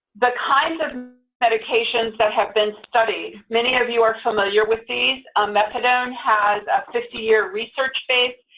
the kinds of medications that have been studied, many of you are familiar with these. ah methadone has a fifty year research base,